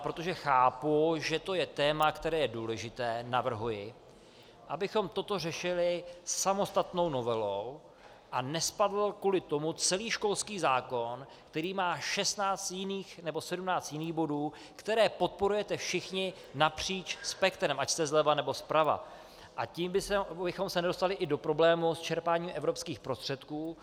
Protože ale chápu, že to je téma, které je důležité, navrhuji, abychom toto řešili samostatnou novelou a nespadl kvůli tomu celý školský zákon, který má 16 nebo 17 jiných bodů, které podporujete všichni napříč spektrem, ať jste zleva, nebo zprava, a tím bychom se nedostali i do problémů s čerpáním evropských prostředků.